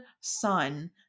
sun